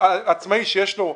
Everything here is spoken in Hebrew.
עצמאי שיש לו משרד,